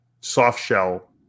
soft-shell